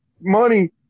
money